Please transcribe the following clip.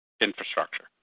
infrastructure